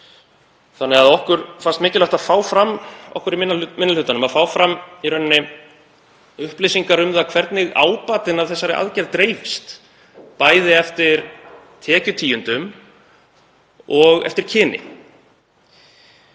minni hlutanum fannst því mikilvægt að fá fram upplýsingar um það hvernig ábatinn af þessari aðgerð dreifist, bæði eftir tekjutíundum og eftir kyni.